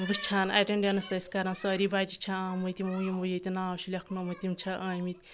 وٕچھان ایٹنڈؠنٕس ٲسۍ کَران سٲری بَچہِ چھَ آمٕتۍ یِمو یِمو ییٚتہِ ناو شُہ لیٚکھنومٕتۍ تِم چھےٚ ٲمٕتۍ